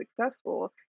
successful